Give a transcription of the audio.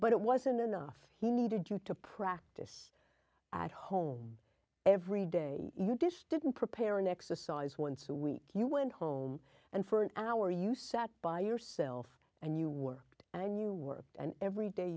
but it wasn't enough he needed you to practice at home every day you dish didn't prepare an exercise once a week you went home and for an hour you sat by yourself and you worked and you worked and every day